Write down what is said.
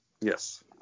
Yes